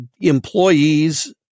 employees